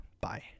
bye